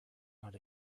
not